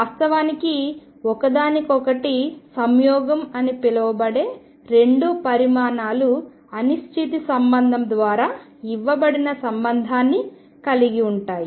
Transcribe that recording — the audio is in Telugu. వాస్తవానికి ఒకదానికొకటి సంయోగం అని పిలువబడే రెండు పరిమాణాలు అనిశ్చితి సంబంధం ద్వారా ఇవ్వబడిన సంబంధాన్ని కలిగి ఉంటాయి